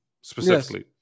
specifically